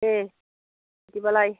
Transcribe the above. दे बिदिबालाय